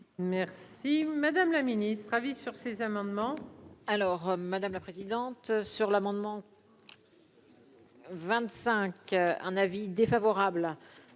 Merci madame la ministre, avis sur ces amendements.